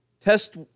Test